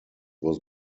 was